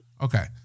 Okay